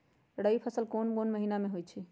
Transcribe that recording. रबी फसल कोंन कोंन महिना में होइ छइ?